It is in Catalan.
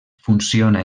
funciona